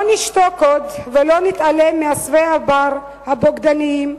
לא נשתוק עוד ולא נתעלם מעשבי הבר הבוגדניים,